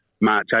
March